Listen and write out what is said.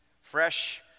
fresh